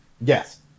Yes